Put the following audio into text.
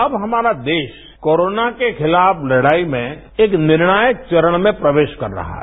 अब हमारा देरा कोरोना के खिलाफ लड़ाई में एक निर्णायक चरण में प्रवेश कर रहा है